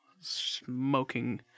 smoking